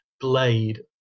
blade